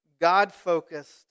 God-focused